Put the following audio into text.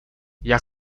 jak